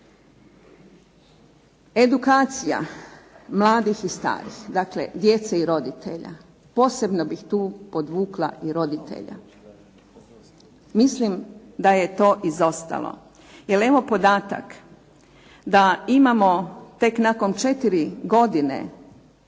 edukacija mladih i starih, dakle djece i roditelja, posebno bih tu podvukla i roditelja, mislim da je to izostalo. Jer evo podatak da imamo tek nakon 4 godine